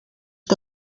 que